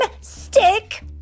Stick